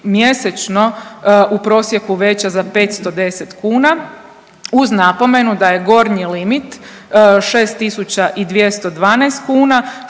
mjesečno u prosjeku veća za 510 kuna uz napomenu da je gornji limit 6.212 kuna